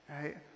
right